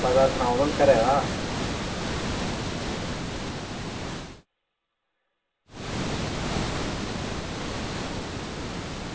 पता सनाई ओड़ेओ निं घरै दा